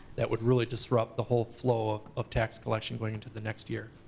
that would really disrupt the whole flow of tax collection going into the next year.